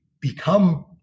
become